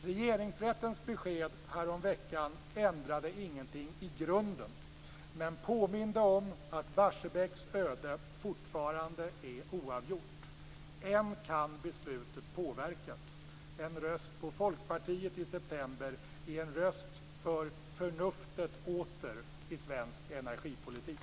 Regeringsrättens besked häromveckan ändrade ingenting i grunden men påminde om att Barsebäcks öde fortfarande är oavgjort. Än kan beslutet påverkas. En röst på Folkpartiet i september är en röst på förnuftet åter i svensk energipolitik.